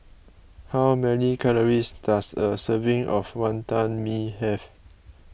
how many calories does a serving of Wantan Mee have